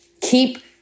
Keep